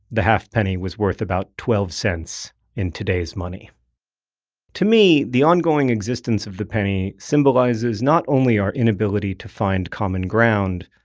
the half-penny was worth about twelve cents in today's money to me, the ongoing existence of the penny symbolizes not only our inability to find common ground,